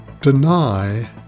deny